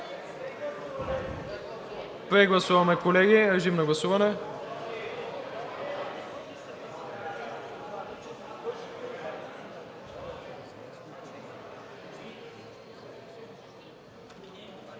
Прегласуване. Моля, режим на гласуване.